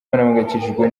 bahangayikishijwe